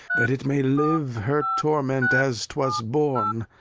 that it may live her torment as twas born,